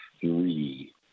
three